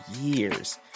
years